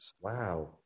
Wow